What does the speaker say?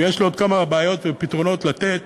ויש לי עוד כמה בעיות ופתרונות לתת,